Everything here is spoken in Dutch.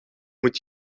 moet